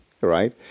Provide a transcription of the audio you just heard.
right